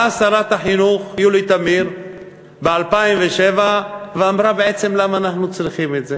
באה שרת החינוך יולי תמיר ב-2007 ואמרה: בעצם למה אנחנו צריכים את זה?